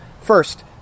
First